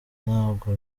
ntabwo